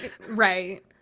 Right